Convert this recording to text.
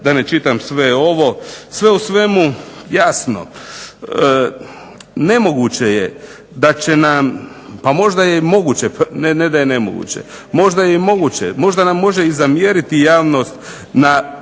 da ne čitam sve ovo. Sve u svemu jasno ne moguće je da će nam a možda je i moguć, ne da je nemoguće, možda je moguće, možda nam može zamjeriti javnost na